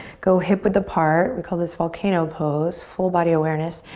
go hip width apart. we call this volcano pose. full body awareness.